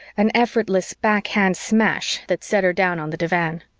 an effortless backhand smash that set her down on the divan.